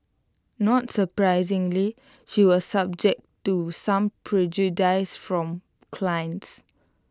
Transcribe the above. not surprisingly she was subject to some prejudice from clients